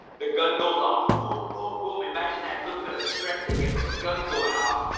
the gun goes off. boom, boom, boom. imagine that little bit of stress they get from the guns going off,